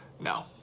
No